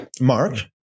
Mark